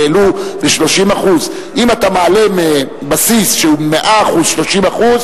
כי העלו ב-30% אם אתה מעלה מבסיס שהוא 100% 30%,